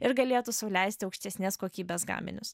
ir galėtų sau leisti aukštesnės kokybės gaminius